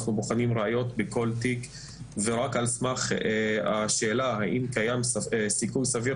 אנחנו בוחנים ראיות בכל תיק ורק על סמך השאלה האם קיים סיכוי סביר